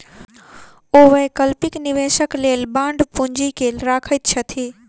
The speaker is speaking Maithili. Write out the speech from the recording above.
ओ वैकल्पिक निवेशक लेल बांड पूंजी के रखैत छथि